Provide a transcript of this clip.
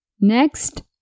Next